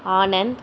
Anand